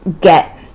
get